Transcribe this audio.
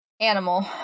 animal